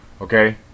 okay